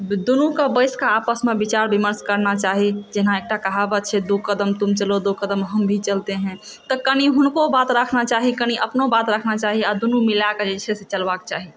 दुनुकेँ बैसिकऽआपसमे विचार विमर्श करना चाही जेना एकटा कहावत छै दो कदम तुम चलो दो कदम हम भी चलते है तऽ कनि हुनको बात राखना चाही कनि अपनो बात राखना चाही आओर दुनू मिलाके जे छै से चलबाक चाही